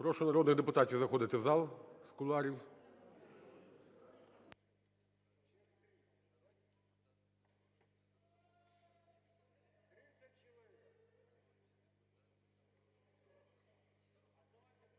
Прошу народних депутатів заходити в зал з кулуарів.